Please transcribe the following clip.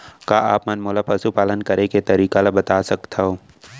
का आप मन मोला पशुपालन करे के तरीका ल बता सकथव?